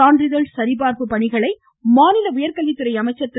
சான்றிதழ் சரிபார்ப்பு பணிகளை மாநில உயர்கல்வித்துறை அமைச்சர் திரு